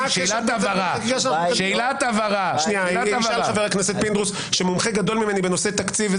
בבקשה חבר הכנסת פינדרוס שמומחה גדול ממני בנושא תקציב.